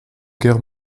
guerre